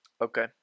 Okay